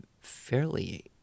fairly